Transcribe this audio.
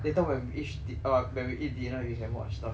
later when we each di~ when we eat dinner we can watch stuff